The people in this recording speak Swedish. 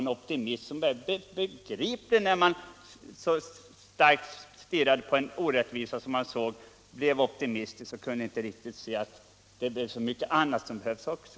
Det var i så fall begripligt när man starkt stirrade på just denna orättvisa, att man inte förstod att det behövdes så mycket annat också.